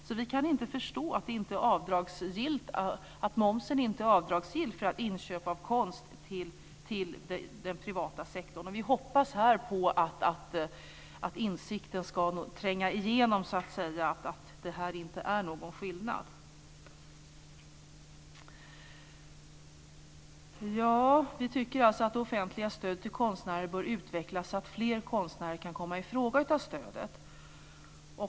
Därför kan vi inte förstå att momsen inte är avdragsgill vid inköp av konst till den privata sektorn. Vi hoppas att insikten om att det inte är någon skillnad ska tränga igenom. Vi tycker alltså att det offentliga stödet till konstnärer bör utvecklas så att fler konstnärer kan komma i fråga för stödet.